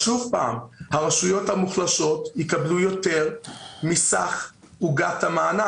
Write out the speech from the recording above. שוב הרשויות המוחלשות יקבלו יותר מסך עוגת המענק.